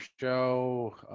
show